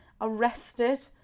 arrested